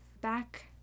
Back